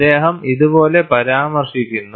അദ്ദേഹം ഇതുപോലെ പരാമർശിക്കുന്നു